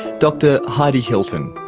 dr heidi hilton.